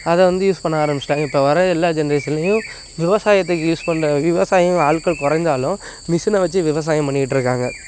அதை வந்து யூஸ் பண்ண ஆரம்பிச்சிவிட்டாங்க இப்போ வர எல்லா ஜென்ரேஷன்லையும் விவசாயத்துக்கு யூஸ் பண்ணுற விவாசாயம் ஆட்கள் குறைந்தாலும் மிஷினை வச்சு விவசாயம் பண்ணிக்கிட்டுருக்காங்க